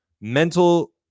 mental